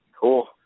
Cool